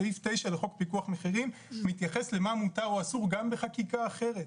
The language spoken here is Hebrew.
סעיף 9 לחוק פיקוח מחירים מתייחס למה מותר או אסור גם בחקיקה אחרת.